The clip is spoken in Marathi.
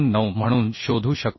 029 म्हणून शोधू शकतो